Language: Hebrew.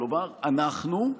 כלומר אנחנו,